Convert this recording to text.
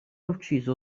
ucciso